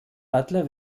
butler